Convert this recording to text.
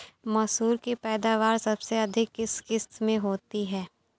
मसूर की पैदावार सबसे अधिक किस किश्त में होती है?